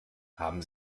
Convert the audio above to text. haben